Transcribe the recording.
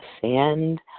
sand